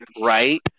right